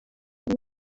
ari